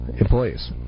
employees